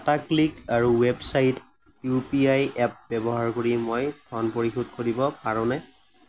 টাটাক্লিক আৰু ৱেবছাইটত U P I app ব্যৱহাৰ কৰি মই ধন পৰিশোধ কৰিব পাৰোঁনে